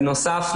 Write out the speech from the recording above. בנוסף,